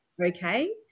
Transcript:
okay